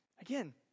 Again